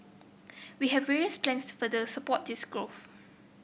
we have various plans further support this growth